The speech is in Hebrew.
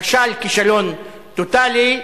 כשל כישלון טוטלי,